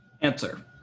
Answer